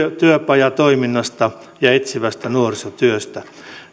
työpajatoiminnasta ja etsivästä nuorisotyöstä